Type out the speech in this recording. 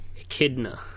Echidna